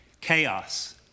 Chaos